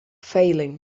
failing